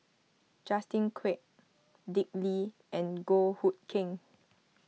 Justin Quek Dick Lee and Goh Hood Keng